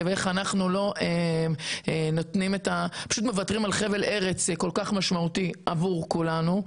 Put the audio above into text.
ואיך אנחנו לא מוותרים על חבל ארץ כל כך משמעותי עבור כולנו.